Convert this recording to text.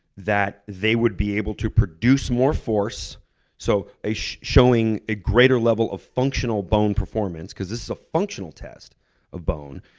that they would be able to produce more force so showing a greater level of functional bone performance, because this is a functional test of bone,